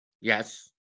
Yes